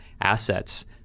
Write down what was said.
assets